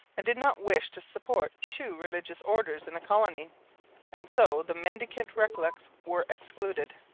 and did not wish to support two religious orders in the colony and so the mendicant recollets were excluded.